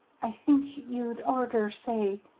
i think you'd orter say,